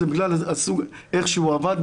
זה בגלל איך שהוא עבד,